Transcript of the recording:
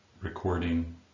recording